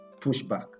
pushback